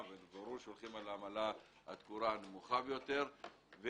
וברור שהולכים על העמלה עם התקורה הנמוכה ביותר,